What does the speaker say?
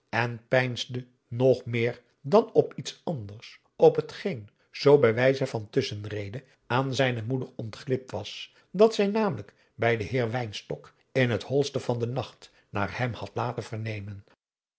en peinsde nog meer dan op iets anders op hetgeen zoo bij wijze van tusschenrede aan zijne moeder ontglipt was dat zij adriaan loosjes pzn het leven van johannes wouter blommesteyn namelijk bij den heer wynstok in t holste van den nacht naar hem had laten vernemen